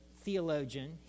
theologian